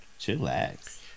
Chillax